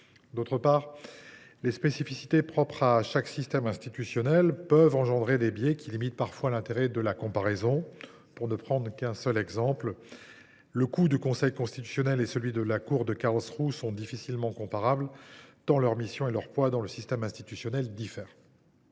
D’autre part, les spécificités de chaque système institutionnel peuvent engendrer des biais, qui limitent parfois l’intérêt de la comparaison. Pour ne prendre qu’un seul exemple, le coût du Conseil constitutionnel et celui de la Cour de Karlsruhe sont difficilement comparables, tant leurs missions et leur poids dans le système institutionnel diffèrent.